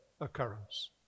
occurrence